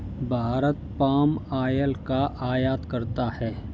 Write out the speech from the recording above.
Bharat palm oil का आयात करता है